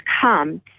come